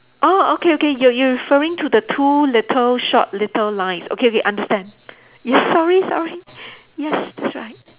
orh okay okay you you referring to the two little short little lines okay okay understand yes sorry sorry yes that's right